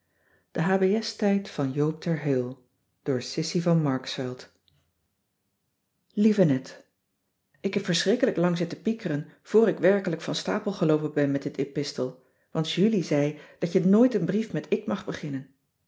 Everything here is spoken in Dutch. lieve net ik heb verschrikkelijk lang zitten piekeren voor ik werkelijk van stapel geloopen ben met dit epistel want julie zei dat je nooit een brief met ik mag beginnen